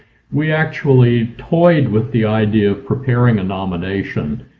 we actually toyed with the idea of preparing a nomination